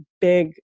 big